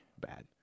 bad